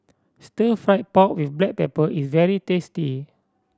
Stir Fried Pork With Black Pepper is very tasty